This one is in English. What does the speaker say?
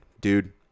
dude